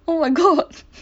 oh my god